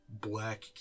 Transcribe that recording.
black